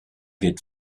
wird